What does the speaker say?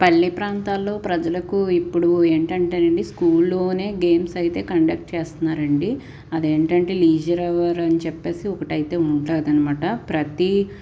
పల్లి ప్రాంతాల్లో ప్రజలకు ఇప్పుడు ఏంటంటే నండి స్కూల్లోనే గేమ్స్ అయితే కండక్ట్ చేస్తున్నారండి అది ఏంటంటే లీజర్ హావర్ అని చెప్పేసి ఒకటైతే ఉంటుంది అనమాట ప్రతి